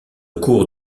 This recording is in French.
cours